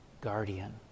guardian